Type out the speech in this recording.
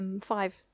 Five